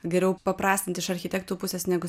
geriau paprastint iš architektų pusės negu